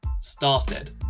started